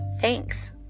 Thanks